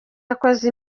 yakoze